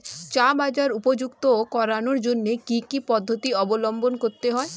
চা বাজার উপযুক্ত করানোর জন্য কি কি পদ্ধতি অবলম্বন করতে হয়?